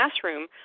classroom